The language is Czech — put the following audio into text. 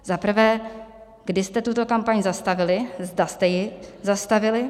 Za prvé, kdy jste tuto kampaň zastavili, zda jste ji zastavili?